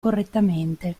correttamente